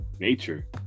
nature